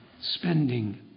spending